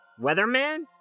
Weatherman